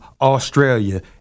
Australia